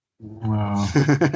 Wow